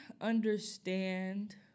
understand